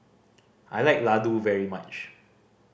I like Ladoo very much